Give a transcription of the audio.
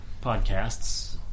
podcasts